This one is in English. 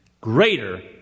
greater